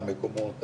על מקומות,